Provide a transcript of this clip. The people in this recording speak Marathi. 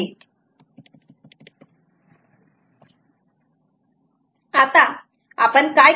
आता आपण काय करू शकतो